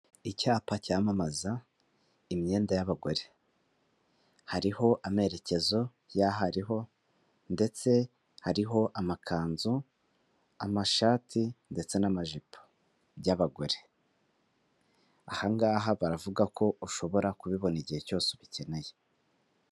Icyapa cyamamaza imyenda y'abagore hariho amerekezo y'ahariho ndetse hariho amakanzu, amashati ndetse n'amajipo by'abagore, ahangaha baravuga ko ushobora kubibona igihe cyose ubikeneye.